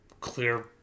clear